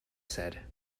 said